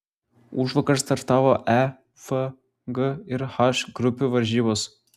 užvakar startavo e f g ir h grupių varžybos